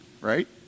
right